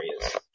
areas